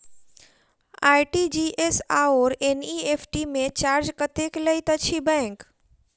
RTGS आओर NEFT मे charge कतेक लैत अछि बैंक?